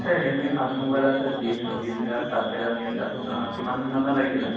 আছে ৰেয়লমিৰ ভাল মোবাইল আছে বিছ চৌবিছ হেজাৰ তাতকৈ দামী আছে আপোনাক কিমানমানৰ লাগিছিলে